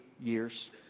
years